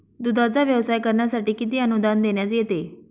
दूधाचा व्यवसाय करण्यासाठी किती अनुदान देण्यात येते?